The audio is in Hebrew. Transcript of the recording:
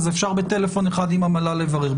אפשר בטלפון אחד עם המל"ל לברר.